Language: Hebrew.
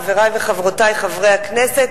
חברי וחברותי חברי הכנסת,